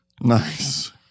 nice